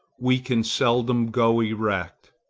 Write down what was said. we can seldom go erect.